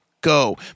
go